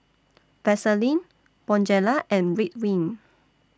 Vaselin Bonjela and Ridwind